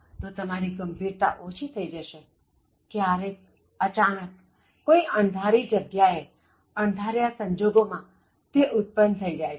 તો તમારી ગંભીરતા ઓછી થશે ક્યારેક અચાનક કોઇ અણધારી જગ્યાએ અણધાર્યા સંજોગો માં તે ઉત્પન્ન થઇ જાય છે